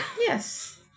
Yes